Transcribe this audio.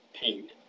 pain